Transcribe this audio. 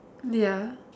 ya